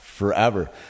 Forever